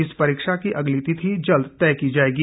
इस परीक्षा की अगली तिथि जल्द तय की जाएगी